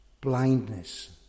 Blindness